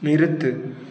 நிறுத்து